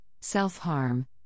self-harm